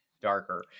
darker